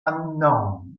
unknown